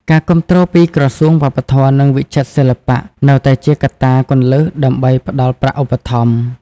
ការគាំទ្រ ពីក្រសួងវប្បធម៌ និងវិចិត្រសិល្បៈនៅតែជាកត្តាគន្លឹះដើម្បីផ្តល់ប្រាក់ឧបត្ថម្ភ។